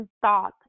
thought